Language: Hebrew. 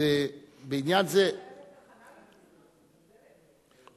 אז בעניין זה, לפחות היתה להם תחנה למבשרת.